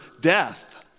death